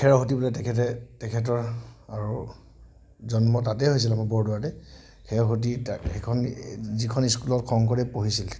খেৰসূতী তেখেতে তেখেতৰ আৰু জন্ম তাতেই হৈছিলে আমাৰ বৰদোৱাতে খেৰসূতী সেইখন যিখন স্কুলত শংকৰদেৱ পঢ়িছিল